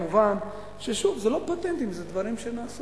כמובן, שוק זה לא פטנטים, זה דברים שנעשו.